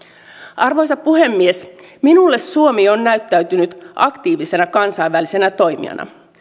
arvoisa puhemies minulle suomi on näyttäytynyt aktiivisena kansainvälisenä toimijana